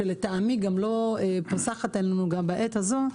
שלטעמי גם לא פוסחת עלינו גם בעת הזו,